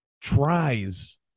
tries